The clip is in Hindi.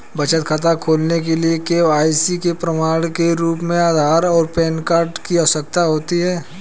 बचत खाता खोलने के लिए के.वाई.सी के प्रमाण के रूप में आधार और पैन कार्ड की आवश्यकता होती है